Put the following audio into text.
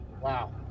wow